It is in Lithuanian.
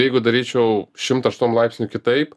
jeigu daryčiau šimtu aštuom laipsnių kitaip